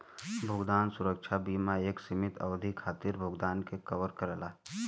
भुगतान सुरक्षा बीमा एक सीमित अवधि खातिर भुगतान के कवर करला